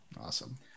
Awesome